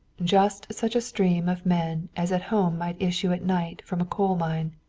just such a stream of men as at home might issue at night from a coal mine,